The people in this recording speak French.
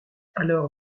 alors